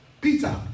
Peter